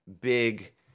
big